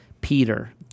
Peter